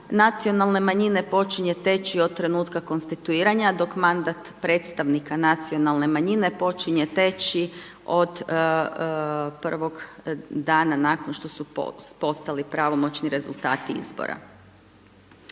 nacionalne manjine počinje teći od trenutka konstituiranja dok mandat predstavnika nacionalne manjine počinje teći od prvog dana nakon što su postali pravomoćni rezultati izbora.